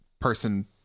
person